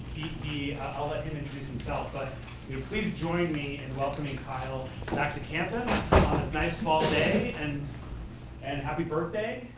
i'll let him introduce himself but you know please join me in welcoming kyle back to campus on this nice fall day and and happy birthday.